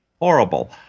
horrible